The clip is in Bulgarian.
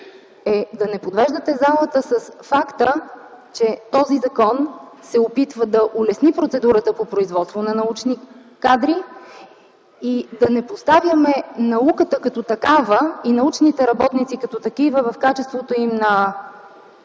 е да не подвеждате залата с факта, че този закон се опитва да улесни процедурата по производство на научни кадри и да не поставяме науката като такава и научните работници като такива в качеството им на